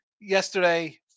yesterday